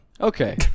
Okay